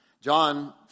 John